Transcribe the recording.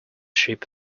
ship